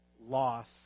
loss